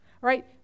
right